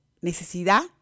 necesidad